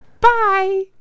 Bye